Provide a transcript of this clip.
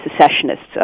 secessionists